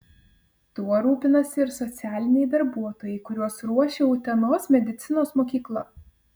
tuo rūpinasi ir socialiniai darbuotojai kuriuos ruošia utenos medicinos mokykla